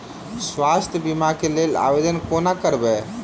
स्वास्थ्य बीमा कऽ लेल आवेदन कोना करबै?